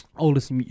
oldest